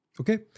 Okay